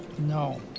No